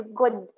good